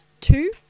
Two